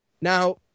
Now